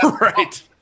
Right